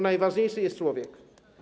Najważniejszy jest człowiek.